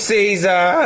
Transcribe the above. Caesar